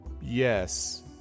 yes